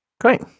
Great